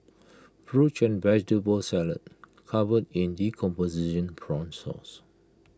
fruit and vegetable salad covered in decomposing prawn sauce